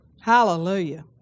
hallelujah